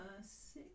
Six